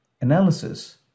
analysis